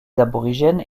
aborigènes